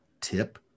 tip